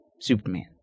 Superman